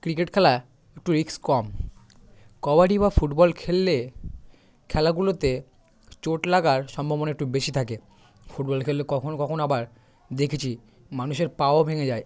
cricket খেলা একটু রিক্স কম কবাডি বা ফুটবল খেললে খেলাগুলোতে চোট লাগার সম্ভাবনা একটু বেশি থাকে ফুটবল খেললে কখনো কখনো আবার দেখেছি মানুষের পাও ভেঙে যায়